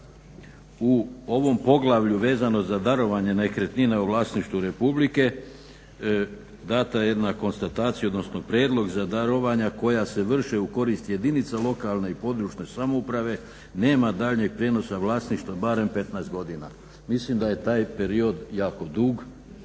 U ovom poglavlju vezano za darovanje nekretnine u vlasništvu Republike dana je jedna konstatacija odnosno prijedlog za darovanja koja se vrše u korist jedinica lokalne i područne samouprave nema daljnjeg prijenosa vlasništva barem 15 godina. Mislim da je taj period jako dug